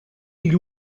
gli